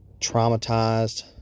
traumatized